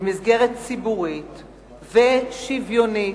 במסגרת ציבורית ושוויונית,